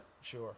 Sure